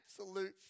absolute